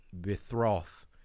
betroth